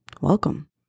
welcome